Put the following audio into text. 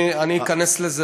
אני אכנס לזה,